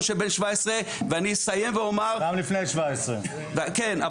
של בין 17 --- גם לפני 17. כן,